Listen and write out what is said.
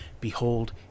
behold